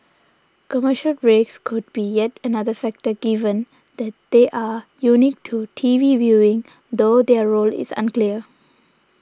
commercial breaks could be yet another factor given that they are unique to T V viewing though their role is unclear